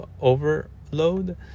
overload